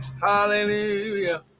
hallelujah